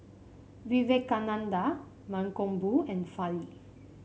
Vivekananda Mankombu and Fali